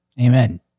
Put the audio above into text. Amen